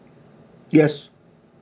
yes